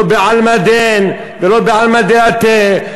לא בעלמא הָדֵין ולא בעלמא דְאָתֵי,